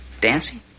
dancing